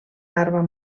arma